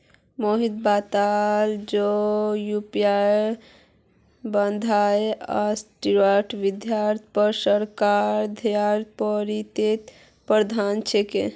मोहित बताले जे व्यापार बाधाएं अंतर्राष्ट्रीय व्यापारेर पर सरकार द्वारा प्रेरित प्रतिबंध छिके